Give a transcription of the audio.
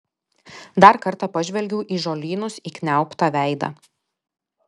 dar kartą pažvelgiau į žolynus įkniaubtą veidą